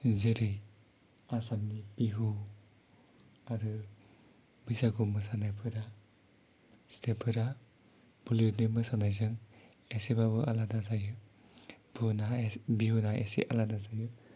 जेरै आसामनि बिहु आरो बैसागु मोसानायफोरा स्टेपफोरा बलिउडनि मोसानायजों एसेबाबो आलादा जायो बुना बिहुना एसे आलादा जायो